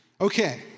Okay